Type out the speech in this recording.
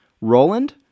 Roland